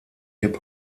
hip